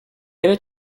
avait